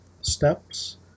steps